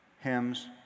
hymns